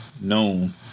known